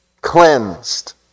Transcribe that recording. cleansed